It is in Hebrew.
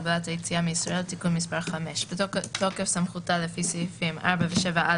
(הגבלת היציאה מישראל) (תיקון מס' 5) בתוקף סמכותה לפי סעיפים 4 ו-7א